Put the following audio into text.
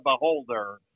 beholder